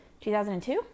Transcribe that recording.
2002